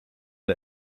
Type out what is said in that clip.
der